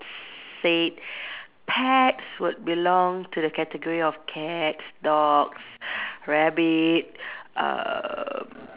say pets would belong to the category of cats dogs rabbit um